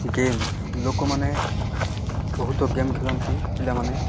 game ଲୋକମାନେ ବହୁତ game ଖେଳନ୍ତି ପିଲାମାନେ